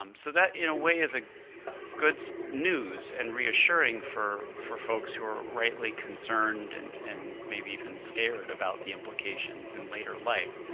um so that, in a way, is ah good news and reassuring for for folks who are rightly concerned and and maybe even scared about the implications in later life.